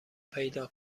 پیدا